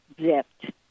zipped